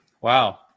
wow